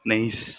Nice